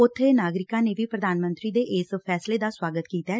ਉਬੇ ਨਾਗਰਿਕਾਂ ਨੇ ਵੀ ਪ੍ਧਾਨ ਮੰਤਰੀ ਦੇ ਇਸ ਫੈਸਲੇ ਦਾ ਸੁਆਗਤ ਕੀਤੈ